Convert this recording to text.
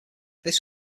this